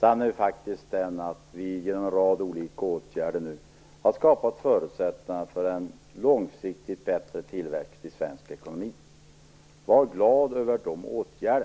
Sanningen är faktiskt den att vi genom en rad olika åtgärder nu har skapat förutsättningar för en långsiktigt bättre tillväxt i svensk ekonomi. Var glad över dessa åtgärder!